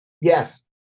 yes